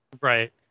Right